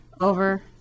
over